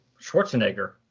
schwarzenegger